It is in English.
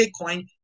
Bitcoin